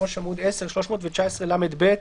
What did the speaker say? "319לב.